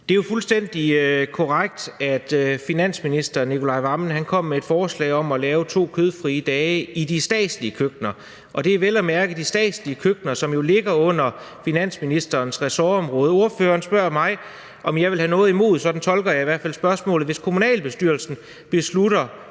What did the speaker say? Det er jo fuldstændig korrekt, at finansminister Nicolai Wammen kom med et forslag om at lave to kødfrie dage i de statslige køkkener, og det er vel at mærke de statslige køkkener, som jo ligger på finansministerens ressortområde. Spørgeren spørger mig, om jeg vil have noget imod det – sådan tolker jeg i hvert fald spørgsmålet – hvis kommunalbestyrelsen beslutter